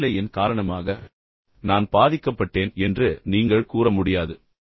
சூழ்நிலையின் காரணமாக நான் பாதிக்கப்பட்டேன் என்று நீங்கள் கூற முடியாது